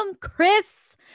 chris